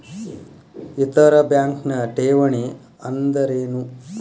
ಇತರ ಬ್ಯಾಂಕ್ನ ಠೇವಣಿ ಅನ್ದರೇನು?